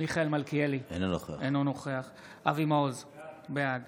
אינו נוכח אבי מעוז, בעד